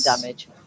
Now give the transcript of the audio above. damage